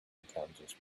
encounters